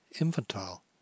infantile